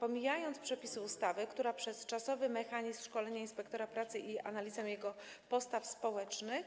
Pomijając przepisy ustawy, która przez czasowy mechanizm szkolenia inspektora pracy i analizy jego postaw społecznych,